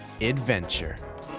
adventure